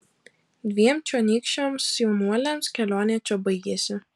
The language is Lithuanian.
dviem čionykščiams jaunuoliams kelionė čia baigėsi